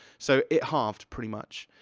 so, it halved, pretty much.